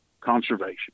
conservation